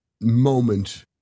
moment